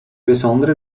besondere